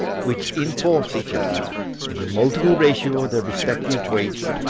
which enforce each other in the multiple ratio of their respective weights,